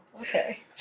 Okay